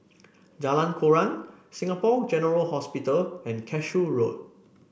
Jalan Koran Singapore General Hospital and Cashew Road